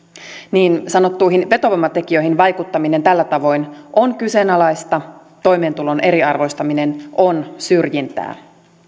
niin sanottuihin vetovoimatekijöihin vaikuttaminen tällä tavoin on kyseenalaista toimeentulon eriarvoistaminen on syrjintää